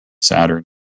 Saturn